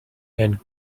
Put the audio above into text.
and